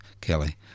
Kelly